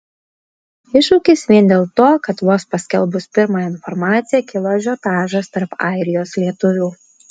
iššūkis vien dėl to kad vos paskelbus pirmąją informaciją kilo ažiotažas tarp airijos lietuvių